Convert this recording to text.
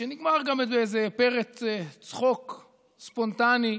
שנגמר בפרץ צחוק ספונטני,